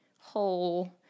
whole